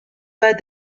pas